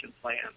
plan